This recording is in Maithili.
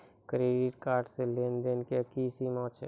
क्रेडिट कार्ड के लेन देन के की सीमा छै?